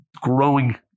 growing